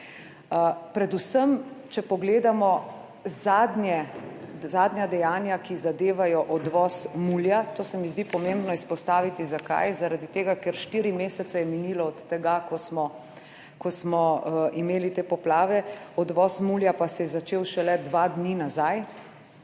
Predvsem, če pogledamo zadnja dejanja, ki zadevajo odvoz mulja, to se mi zdi pomembno izpostaviti. Zakaj? Zaradi tega, ker so minili 4 mesece od tega, ko smo imeli te poplave, odvoz mulja pa se je začel šele dva dni nazaj,